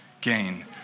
gain